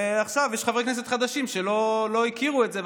עכשיו יש חברי כנסת חדשים שלא הכירו את זה,